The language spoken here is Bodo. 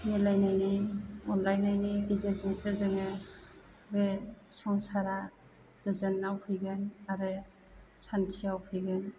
मिलायनायनि अनलायनायनि गेजेरजोंसो जोङो बे संसारा गोजोनाव फैगोन आरो सान्थियाव फैगोन